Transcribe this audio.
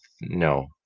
no